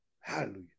Hallelujah